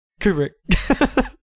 Kubrick